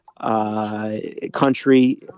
country